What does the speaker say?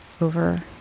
over